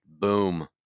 Boom